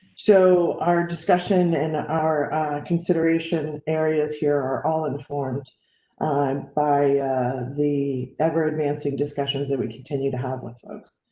so our discussion and our consideration areas here are all informed um by the ever advancing discussions that we continue to have with folks.